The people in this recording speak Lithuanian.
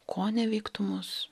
koneveiktų mus